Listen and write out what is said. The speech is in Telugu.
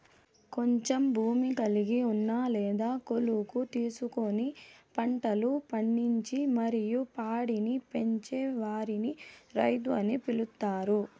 కొంచెం భూమి కలిగి ఉన్న లేదా కౌలుకు తీసుకొని పంటలు పండించి మరియు పాడిని పెంచే వారిని రైతు అని పిలుత్తారు